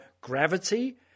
gravity